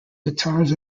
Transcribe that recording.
guitars